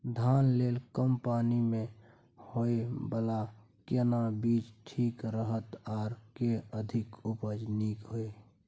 धान लेल कम पानी मे होयबला केना बीज ठीक रहत आर जे अधिक उपज नीक होय?